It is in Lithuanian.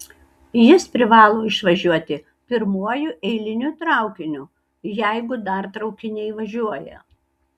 jis privalo išvažiuoti pirmuoju eiliniu traukiniu jeigu dar traukiniai važiuoja